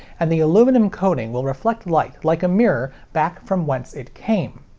and the aluminum coating will reflect light like a mirror back from whence it came.